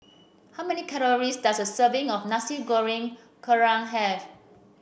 how many calories does a serving of Nasi Goreng Kerang have